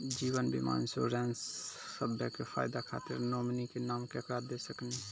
जीवन बीमा इंश्योरेंसबा के फायदा खातिर नोमिनी के नाम केकरा दे सकिनी?